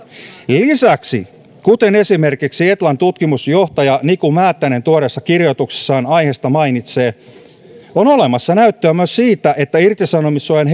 lisäksi kuten esimerkiksi etlan tutkimusjohtaja niku määttänen tuoreessa kirjoituksessaan aiheesta mainitsee on olemassa näyttöä myös siitä että irtisanomissuojan